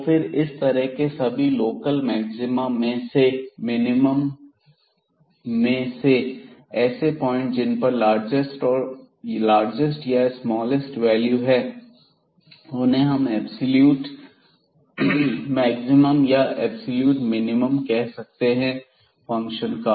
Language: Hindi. तो फिर इस तरह के सभी लोकल मैक्सिमा में से और मिनिमम में से ऐसे पॉइंट जिन पर लार्जेस्ट या स्मालेस्ट वैल्यू है उन्हें हम एब्सलूट मैक्सिमम या एब्सलूट मिनिमम कह सकते हैं फंक्शन का